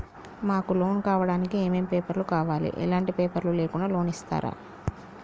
మాకు లోన్ కావడానికి ఏమేం పేపర్లు కావాలి ఎలాంటి పేపర్లు లేకుండా లోన్ ఇస్తరా?